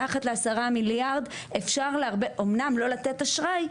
מתחת ל-10 מיליארד אפשר אמנם לא לתת אשראי,